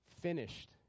finished